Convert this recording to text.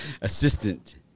Assistant